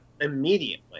immediately